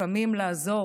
לפעמים לעזור